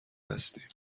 هستیم